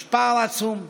יש פער עצום,